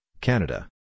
Canada